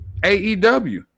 AEW